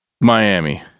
Miami